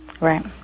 Right